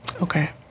Okay